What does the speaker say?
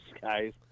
guys